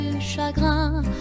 chagrin